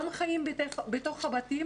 גם חיים בתוך הבתים,